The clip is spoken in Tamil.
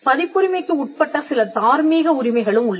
பதிப்புரிமைக்கு உட்பட்ட சில தார்மீக உரிமைகளும் உள்ளன